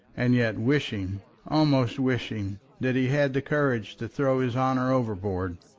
and yet wishing, almost wishing, that he had the courage to throw his honour overboard.